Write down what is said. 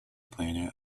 planet